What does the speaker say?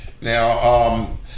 Now